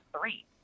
three